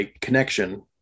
connection